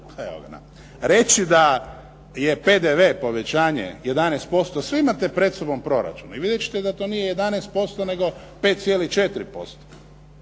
reći da je PDV povećanje 11%, svi imate pred sobom proračun i vidjet ćete da to nije 11% nego 5,4%.